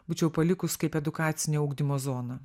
būčiau palikus kaip edukacinio ugdymo zoną